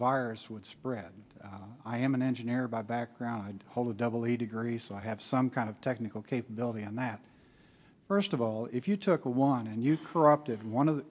virus would spread i am an engineer by background i'd hold a double a degree so i have some kind of technical capability and that first of all if you took one and you corrupted one of the